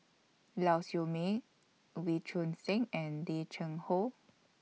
Lau Siew Mei Wee Choon Seng and Lim Cheng Hoe